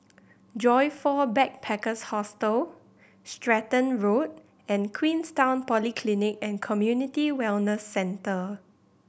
Joyfor Backpackers' Hostel Stratton Road and Queenstown Polyclinic and Community Wellness Centre